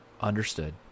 understood